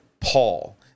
Paul